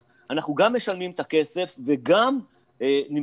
אז אנחנו גם משלמים את הכסף וגם נמצאים